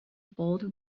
bold